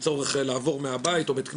כדי לעבור בבית או בבית הכנסת.